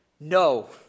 no